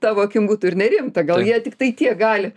tavo akim būtų ir nerimta gal jie tiktai tiek gali